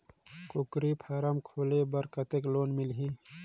कूकरी फारम खोले बर कतेक लोन मिलही?